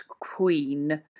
queen